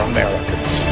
Americans